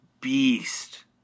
beast